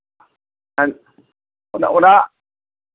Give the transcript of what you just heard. ᱚᱱᱟ ᱚᱱᱟ